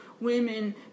women